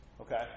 Okay